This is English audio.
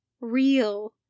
real